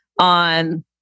on